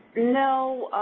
no.